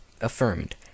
affirmed